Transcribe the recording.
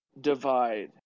divide